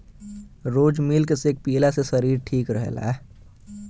रोज milk shake पियला से शरीर ठीक रहेला